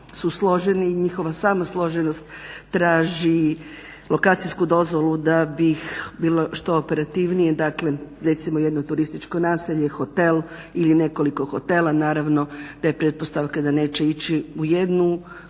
njihova sama složenost traži lokacijsku dozvolu da bih bilo što operativnije dakle, recimo jedno turističko nasilje, hotel ili nekoliko hotela, naravno da je pretpostavka da neće ići u jednu odmah